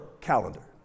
calendar